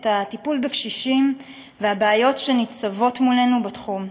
הטיפול בקשישים והבעיות שניצבות מולנו בתחום,